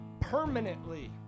permanently